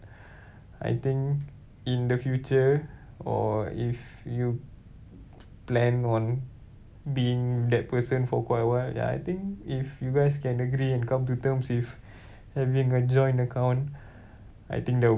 I think in the future or if you plan on being that person for quite awhile ya I think if you guys can agree and come to terms with having a joint account I think the